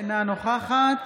אינה נוכחת